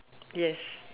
yes